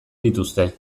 dituzte